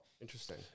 interesting